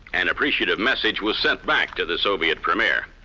an appreciative message was sent back to the soviet premier.